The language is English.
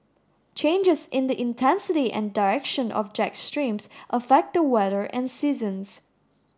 changes in the intensity and direction of jet streams affect the weather and seasons